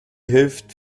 hilft